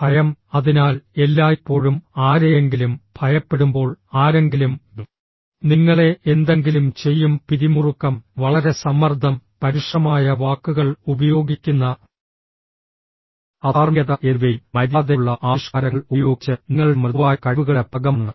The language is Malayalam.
ഭയം അതിനാൽ എല്ലായ്പ്പോഴും ആരെയെങ്കിലും ഭയപ്പെടുമ്പോൾ ആരെങ്കിലും നിങ്ങളെ എന്തെങ്കിലും ചെയ്യും പിരിമുറുക്കം വളരെ സമ്മർദ്ദം പരുഷമായ വാക്കുകൾ ഉപയോഗിക്കുന്ന അധാർമികത എന്നിവയും മര്യാദയുള്ള ആവിഷ്കാരങ്ങൾ ഉപയോഗിച്ച് നിങ്ങളുടെ മൃദുവായ കഴിവുകളുടെ ഭാഗമാണ്